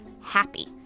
happy